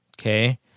okay